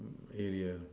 area